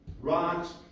Rocks